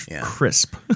crisp